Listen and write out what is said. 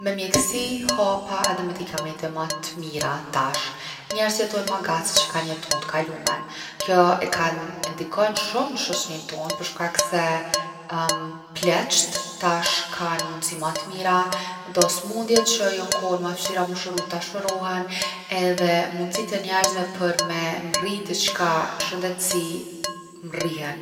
Me mjeksi, hapa edhe medikamente ma t’mira tash njerzt jetojn’ ma gat’ se që kan jetu n’tkalumen. Kjo e ka- ndikon shumë n’shoqnin’ tonë për shkak se pleqt tash kan mundsi ma t’mira, do smundje qe jon kon ma t’fshtira mu shëru tash shërohen edhe mundsitë e njerzve për me mrri diçka n’shëndetsi mrrihen.